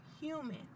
human